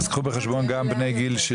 אז קחו בחשבון גם את בני גילי,